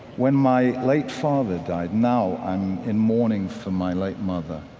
when my late father died now i'm in mourning for my late mother